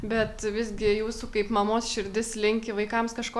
bet visgi jūsų kaip mamos širdis linki vaikams kažko